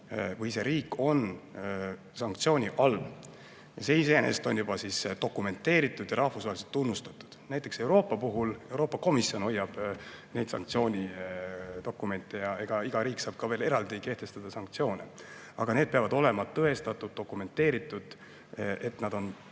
või see riik on sanktsiooni all. Ja see iseenesest on dokumenteeritud ja rahvusvaheliselt tunnustatud. Näiteks Euroopa puhul Euroopa Komisjon hoiab sanktsioonidokumente ja iga riik saab ka veel eraldi kehtestada sanktsioone. Aga kõik peab olema tõestatud, dokumenteeritud, et need